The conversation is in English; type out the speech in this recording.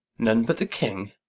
none but the king?